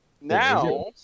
Now